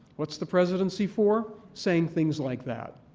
what's the presidency for? saying things like that.